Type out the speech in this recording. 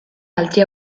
altri